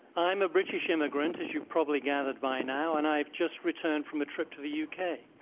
i am a british immigrant, as you've probably gathered by now, and i just returned from a trip to the u. k.